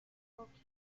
walked